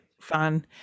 fun